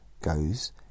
goes